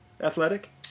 Athletic